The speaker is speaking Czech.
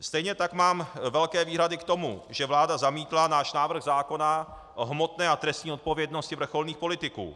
Stejně tak mám velké výhrady k tomu, že vláda zamítla náš návrh zákona o hmotné a trestní odpovědnosti vrcholných politiků.